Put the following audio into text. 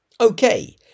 Okay